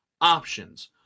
options